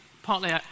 partly